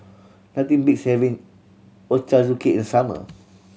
nothing beats having Ochazuke in summer